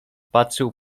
patrzył